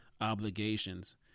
obligations